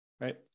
right